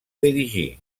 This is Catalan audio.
dirigir